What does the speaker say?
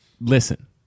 listen